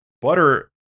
Butter